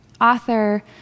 Author